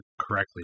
correctly